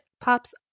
pops